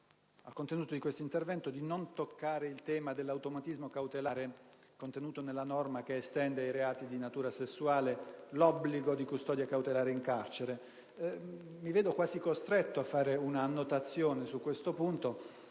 al contenuto di questo intervento, di non toccare il tema dell'automatismo cautelare contenuto nella norma che estende ai reati di natura sessuale l'obbligo di custodia cautelare in carcere. Mi vedo quasi costretto a fare un'annotazione su questo punto,